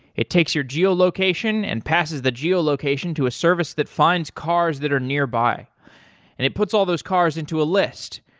it takes your geolocation and passes the geolocation to a service that finds cars that are nearby, and it puts all those cars into a list.